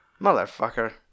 motherfucker